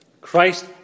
Christ